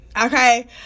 Okay